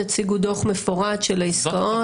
תציגו דוח מפורט של העסקאות?